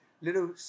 little